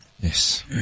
Yes